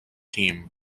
team